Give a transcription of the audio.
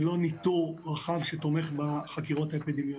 זה לא ניטור רחב שתומך בחקירות האפידמיולוגיות.